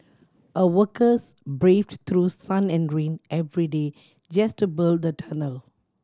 a workers braved through sun and rain every day just to build the tunnel